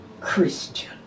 Christian